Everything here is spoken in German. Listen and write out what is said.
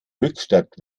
höchstadt